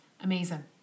Amazing